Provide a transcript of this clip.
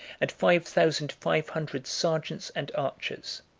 and five thousand five hundred sergeants and archers.